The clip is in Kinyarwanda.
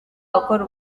akora